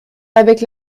avec